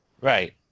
Right